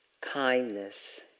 kindness